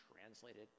translated